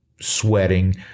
sweating